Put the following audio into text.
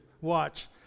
watch